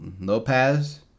Lopez